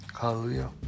Hallelujah